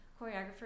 choreographer